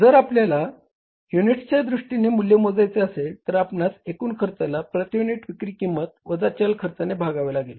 जर आपल्याला युनिटच्या दृष्टीने मूल्य मोजायचे असेल तर आपणास एकूण खर्चाला प्रती युनिट विक्री किंमत वजा चल खर्चाने भागावे लागेल